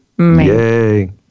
Yay